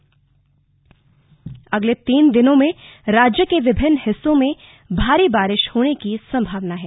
मौसम अगले तीन दिनों में राज्य के विभिन्न हिस्सों में भारी बारिश होने की संभावना है